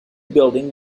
building